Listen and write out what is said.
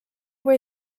were